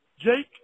Jake